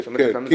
כן.